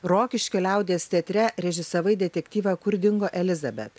rokiškio liaudies teatre režisavai detektyvą kur dingo elizabet